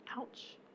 Ouch